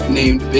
named